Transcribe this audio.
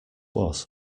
was